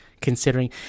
considering